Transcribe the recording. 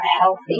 healthy